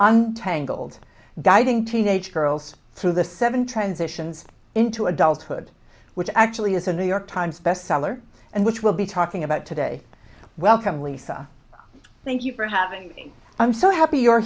untangled guiding teenage girls through the seven transitions into adulthood which actually is a new york times bestseller and which we'll be talking about today welcome lisa thank you for having me i'm so happy you're